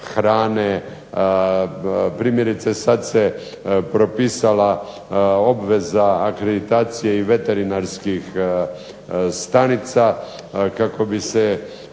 hrane, primjerice sad se propisala obveza akreditacije i veterinarskih stanica, kako bi se